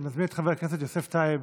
אני מזמין את חבר הכנסת יוסף טייב